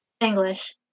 English